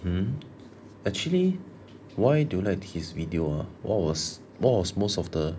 mm actually why do you like his video ah what was what was most of the